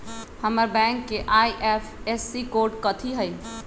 हमर बैंक के IFSC code कथि हई?